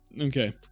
Okay